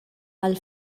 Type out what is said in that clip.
għal